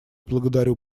благодарю